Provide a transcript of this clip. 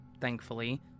thankfully